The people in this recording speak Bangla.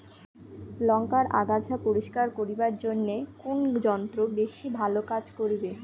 লংকার আগাছা পরিস্কার করিবার জইন্যে কুন যন্ত্র বেশি ভালো কাজ করিবে?